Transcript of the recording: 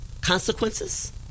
consequences